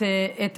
את